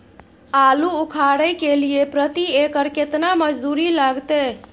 आलू उखारय के लिये प्रति एकर केतना मजदूरी लागते?